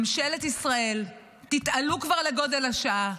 ממשלת ישראל, תתעלו כבר לגודל השעה.